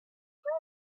play